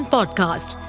Podcast